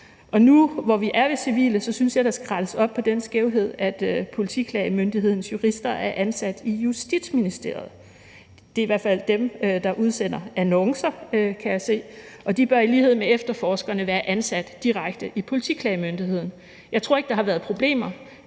Og nu, hvor vi er ved civile, synes jeg, der skal rettes op på den skævhed, at politiklagemyndighedens jurister er ansat i Justitsministeriet; det er i hvert fald dem, der udsender annoncer, kan jeg se, og de bør i lighed med efterforskerne være ansat direkte i politiklagemyndigheden. Jeg tror ikke, der har været problemer,